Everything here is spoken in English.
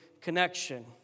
connection